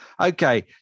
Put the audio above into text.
Okay